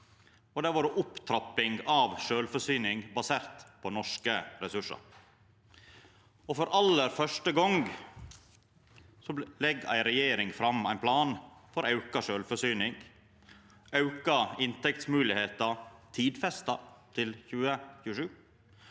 har vore opptrapping av sjølvforsyning basert på norske ressursar. For aller første gong legg ei regjering fram ein plan for auka sjølvforsyning, auka inntektsmoglegheiter, tidfesta til 2027,